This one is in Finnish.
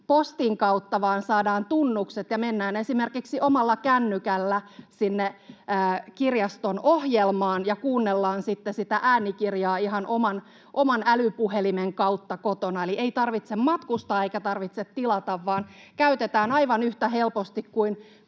postin kautta, vaan saadaan tunnukset ja mennään esimerkiksi omalla kännykällä sinne kirjaston ohjelmaan ja kuunnellaan sitten sitä äänikirjaa ihan oman älypuhelimen kautta kotona, eli ei tarvitse matkustaa eikä tarvitse tilata, vaan käytetään aivan yhtä helposti kuin